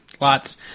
Lots